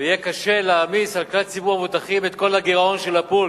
ויהיה קשה להעמיס על כלל ציבור המבוטחים את כל הגירעון של "הפול",